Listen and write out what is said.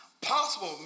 Possible